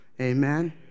Amen